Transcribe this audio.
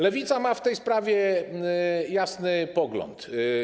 Lewica ma w tej sprawie jasny pogląd.